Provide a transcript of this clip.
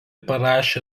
parašė